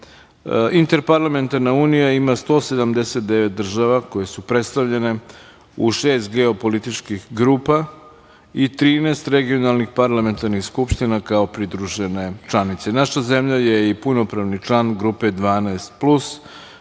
tema. Interparlamentarna unija ima 179 država koje su predstavljene u šest geopolitičkih grupa i 13 regionalnih parlamentarnih skupština, kao pridružene članice. Naša zemlja je i punopravni član Grupe „12